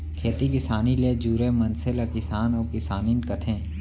खेती किसानी ले जुरे मनसे ल किसान अउ किसानिन कथें